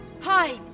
hide